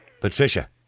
Patricia